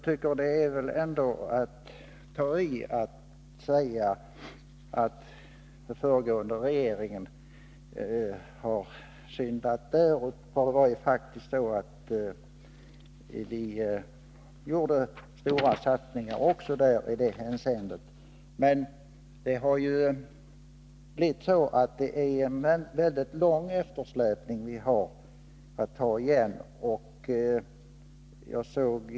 Men det är att ta i att säga att föregående regeringar har syndat. De gjorde faktiskt stora satsningar också i det hänseendet. Men det har blivit en lång eftersläpning.